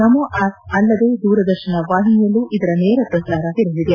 ನಮೋ app ಅಲ್ಲದೆ ದೂರದರ್ಶನ ವಾಹಿನಿಯಲ್ಲೂ ಇದರ ನೇರ ಪ್ರಸಾರವಿರಲಿದೆ